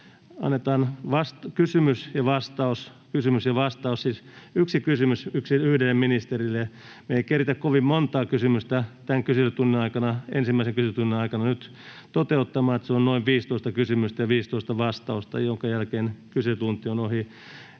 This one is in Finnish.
annetaan kysymys ja vastaus, siis yksi kysymys yhdelle ministerille. Me ei keritä kovin monta kysymystä tämän ensimmäisen kyselytunnin aikana nyt toteuttamaan; se on noin 15 kysymystä ja 15 vastausta, minkä jälkeen kyselytunti on ohi.